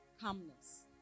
calmness